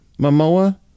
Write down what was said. Momoa